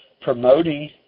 promoting